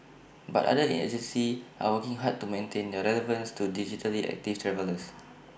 but other agencies are working hard to maintain their relevance to digitally active travellers